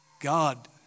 God